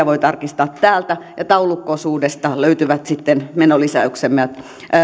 voi tarkistaa täältä taulukko osuudesta löytyvät sitten menolisäyksemme ja